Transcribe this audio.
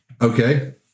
Okay